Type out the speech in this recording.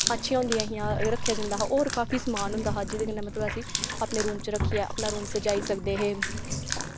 अच्छियां होंदियां हियां रक्खेआ जंदा हा होर काफी समान होंदा हा जेह्दे कन्नै मतलब असें ई अपने रूम च रक्खियै अपना रूम सजाई सकदे हे